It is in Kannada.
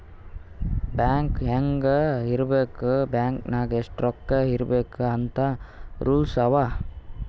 ಬ್ಯಾಂಕ್ ಹ್ಯಾಂಗ್ ಇರ್ಬೇಕ್ ಬ್ಯಾಂಕ್ ನಾಗ್ ಎಷ್ಟ ರೊಕ್ಕಾ ಇರ್ಬೇಕ್ ಅಂತ್ ರೂಲ್ಸ್ ಅವಾ